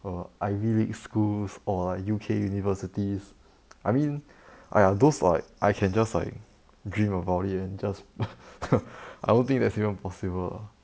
err ivy league schools or like U_K universities I mean !aiya! those like I can just like dream about it and just I don't think that's even possible ah